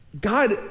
God